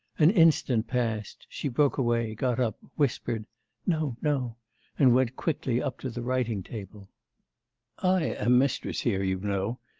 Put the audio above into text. an instant passed. she broke away, got up, whispered no, no and went quickly up to the writing-table. i am mistress here, you know,